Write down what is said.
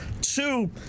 Two